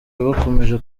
bakomeje